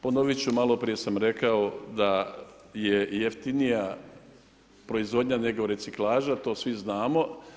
Ponovit ću, maloprije sam rekao da je jeftinija proizvodnja nego reciklaža, to svi znamo.